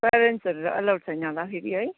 प्यारेन्ट्सहरूलाई अलाउड छैन होला फेरि है